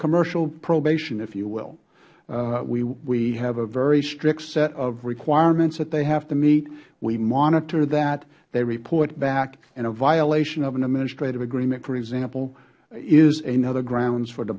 commercial probation if you will we have a very strict set of requirements that they have to meet we monitor that they report back and a violation of an administrative agreement for example is another